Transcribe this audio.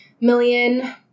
million